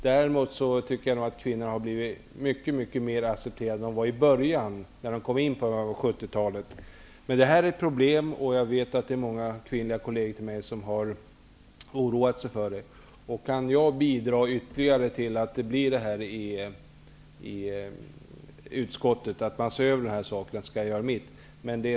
Däremot tycker jag nog att kvinnor numera accepteras i mycket större utsträckning än som var fallet i början av 70-talet när de kom med i dessa sammanhang. Men detta är alltså ett problem, och många av mina kvinnliga kolleger har uttryckt oro. Om jag kan bidra till att utskottet ser över dessa frågor, skall jag verkligen göra mitt bästa.